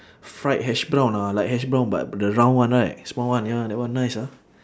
fried hash brown ah like hash brown but the round one right small one ya that one nice ah